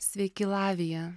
sveiki lavija